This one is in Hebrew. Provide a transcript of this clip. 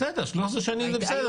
בסדר, 13 שנים זה בסדר, זה מכובד.